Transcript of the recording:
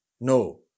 no